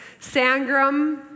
Sangram